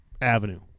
avenue